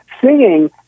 singing